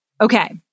Okay